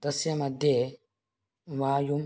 तस्यमध्ये वायुम्